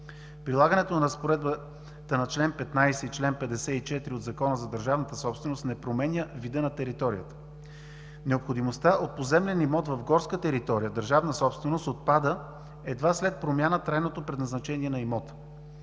Прилагането на Разпоредбата на чл. 15 и чл. 54 от Закона за държавната собственост не променя вида на територията. Необходимостта от поземлен имот в горска територия държавна собственост отпада едва след промяна трайното предназначение на имота.